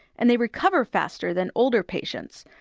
and they recover faster than older patients.